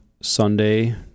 Sunday